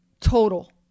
total